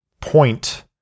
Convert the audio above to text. point